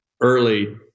early